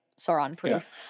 Sauron-proof